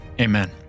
Amen